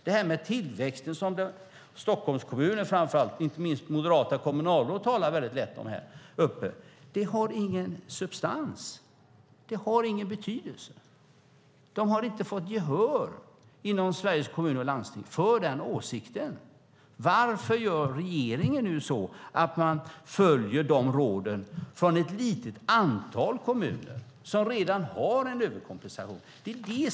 Den tillväxt som Stockholmskommuner och inte minst moderata kommunalråd talar om har ingen substans. Det har ingen betydelse. De har inte fått gehör inom Sveriges Kommuner och Landsting för den åsikten. Varför följer nu regeringen de råden från ett litet antal kommuner som redan har en överkompensation?